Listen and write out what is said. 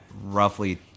roughly